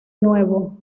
nuevo